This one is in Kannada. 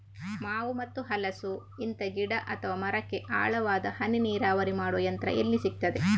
ಮಾವು ಮತ್ತು ಹಲಸು, ಇಂತ ಗಿಡ ಅಥವಾ ಮರಕ್ಕೆ ಆಳವಾದ ಹನಿ ನೀರಾವರಿ ಮಾಡುವ ಯಂತ್ರ ಎಲ್ಲಿ ಸಿಕ್ತದೆ?